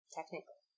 Technically